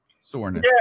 soreness